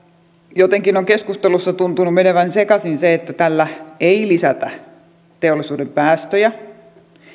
jotenkin on keskustelussa tuntunut menevän sekaisin se että tällä ei lisätä teollisuuden päästöjä